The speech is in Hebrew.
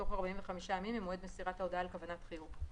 בתוך 45 ימים ממועד מסירת ההודעה על כוונת חיוב.